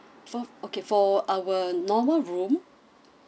for okay for our normal room